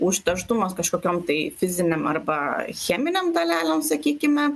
užterštumas kažkokiam tai fiziniam arba cheminiam dalelėms sakykime